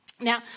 Now